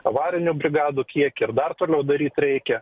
avarinių brigadų kiekį ir dar toliau daryt reikia